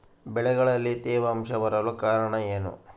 ಬೆಳೆಗಳಲ್ಲಿ ತೇವಾಂಶ ಬರಲು ಕಾರಣ ಏನು?